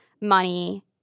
money